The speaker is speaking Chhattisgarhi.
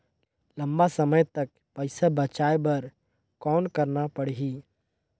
लंबा समय तक पइसा बचाये बर कौन करना पड़ही?